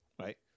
right